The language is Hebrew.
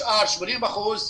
השאר, 80 אחוזים,